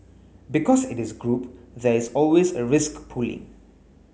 because it is group there is always a risk pooling